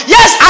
Yes